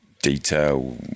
Detail